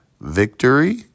Victory